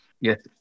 yes